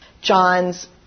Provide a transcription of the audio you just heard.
John's